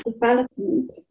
development